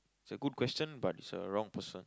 it's a good question but it's a wrong person